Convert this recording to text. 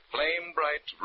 Flame-bright